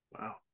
Wow